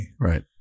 Right